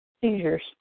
seizures